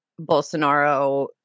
Bolsonaro